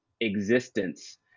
existence